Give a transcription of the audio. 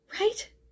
Right